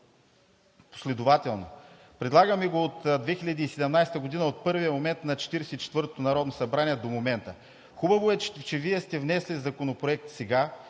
последователно. Предлагаме го от 2017 г., от първия момент на 44-тото народно събрание до момента. Хубаво е, че Вие сте внесли законопроект сега